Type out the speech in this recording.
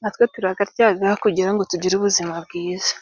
natwe turagaryaga kugira ngo tugire ubuzima bwiza.